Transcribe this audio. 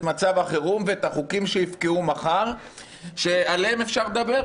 מצב החירום ואת החוקים שיפקעו מחר שעליהם אפשר לדבר,